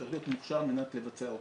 שצריך להיות מוכשר על מנת לבצע אותו.